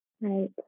Right